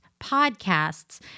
podcasts